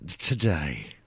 today